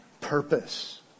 purpose